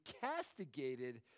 castigated